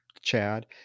Chad